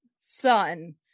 son